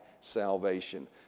salvation